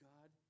God